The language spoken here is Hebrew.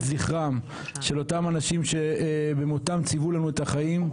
זכרם של אותם אנשים שבמותם ציוו לנו את החיים.